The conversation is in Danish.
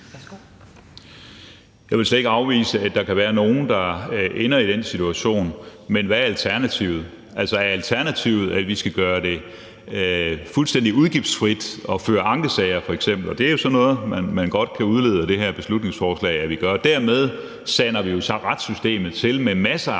Jeg vil slet ikke afvise, at der kan være nogle, der ender i den situation, men hvad er alternativet? Er alternativet, at vi skal gøre det fuldstændig udgiftsfrit at føre f.eks. ankesager? Det er jo sådan noget, man godt kan udlede af det her beslutningsforslag at vi gør. Dermed sander vi jo så retssystemet til med masser af